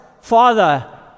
father